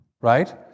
right